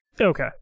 Okay